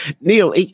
Neil